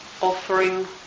offering